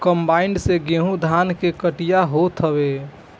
combine से गेंहू धान के कटिया होत हवे